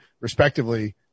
respectively